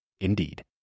indeed